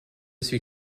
suis